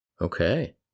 Okay